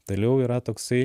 taliau yra toksai